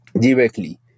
directly